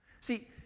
See